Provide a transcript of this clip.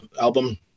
album